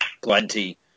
plenty